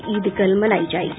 ईद कल मनायी जायेगी